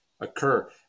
occur